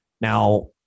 Now